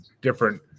different